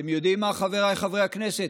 אתם יודעים מה, חבריי חברי הכנסת?